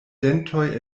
dentoj